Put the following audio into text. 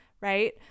right